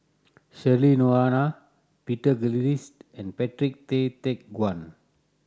Cheryl Noronha Peter Gilchrist and Patrick Tay Teck Guan